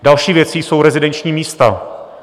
Další věcí jsou rezidenční místa.